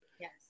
yes